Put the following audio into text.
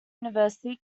university